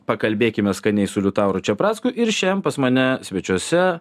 pakalbėkime skaniai su liutauru čepracku ir šiandien pas mane svečiuose